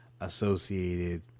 associated